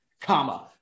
comma